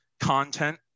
content